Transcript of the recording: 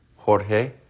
Jorge